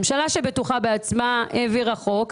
ממשלה שבטוחה בעצמה העבירה חוק.